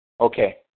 Okay